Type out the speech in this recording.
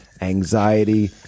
anxiety